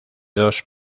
dos